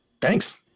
Thanks